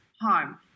harm